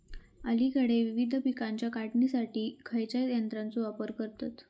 अलीकडे विविध पीकांच्या काढणीसाठी खयाच्या यंत्राचो वापर करतत?